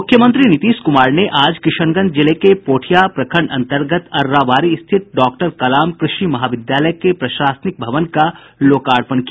मुख्यमंत्री नीतीश कुमार ने आज किशनगंज जिले के पोठिया प्रखंड अंतर्गत अर्राबाड़ी स्थित डॉक्टर कलाम कृषि महाविद्यालय के प्रशासनिक भवन का लोकार्पण किया